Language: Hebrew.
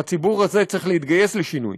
והציבור הזה צריך להתגייס לשינוי.